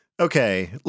Okay